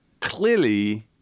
Clearly